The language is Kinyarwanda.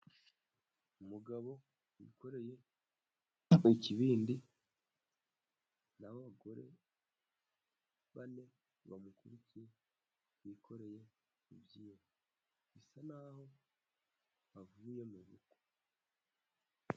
Umugabo wikoreye ikibindi, n'abagore bane bamukurikiye bikoreye ibyibo, bisa n'aho bavuye mu bukwe.